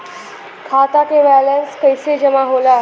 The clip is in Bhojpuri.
खाता के वैंलेस कइसे जमा होला?